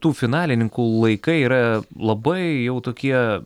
tų finalininkų laikai yra labai jau tokie